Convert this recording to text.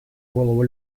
голову